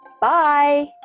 Bye